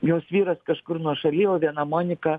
jos vyras kažkur nuošaly o viena monika